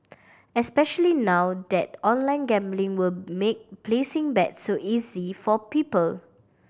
especially now that online gambling will make placing bets so easy for people